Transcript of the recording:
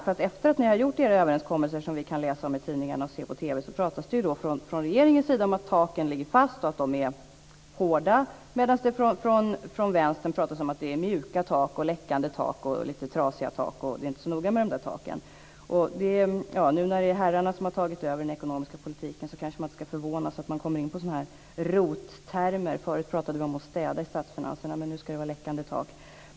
Efter det att ni har träffat era överenskommelser, som vi kan läsa om i tidningarna och se om på TV, pratas det från regeringens sida om att taken ligger fast och att de är hårda, medan det från Vänstern pratas om att det är mjuka, läckande och lite trasiga tak. Det är inte så noga med taken. Nu när det är herrarna som har tagit över den ekonomiska politiken ska man kanske inte förvånas över att man kommer in på ROT-termer. Förut pratade vi om att städa i statsfinanserna, men nu ska det vara läckande tak.